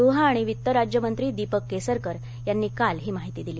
गृह आणि वित्त राज्य मंत्री दीपक केसरकर यांनी काल ही माहिती दिली